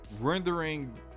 rendering